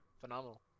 Phenomenal